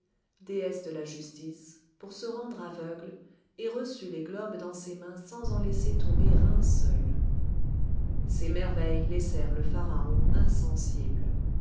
déesse de la justice pour se rendre aveugle et reçut les globes dans ses mains sans en laisser tomber un seul ces merveilles laissèrent le pharaon